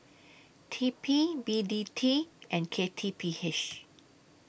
T P B T T and K T P H